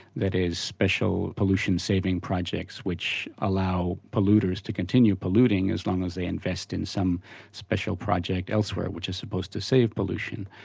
that is special pollution saving projects which allow polluters to continue polluting as long as they invest in some special project elsewhere, which is supposed to save pollution.